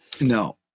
No